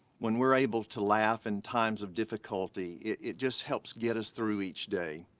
when we're able to laugh in times of difficulty, it just helps get us through each day.